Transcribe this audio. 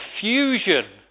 fusion